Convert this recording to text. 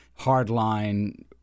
hardline